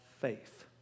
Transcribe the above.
faith